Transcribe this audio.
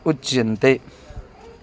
उच्यन्ते